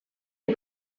est